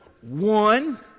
One